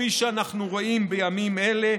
כפי שאנחנו רואים בימים אלה.